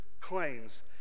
claims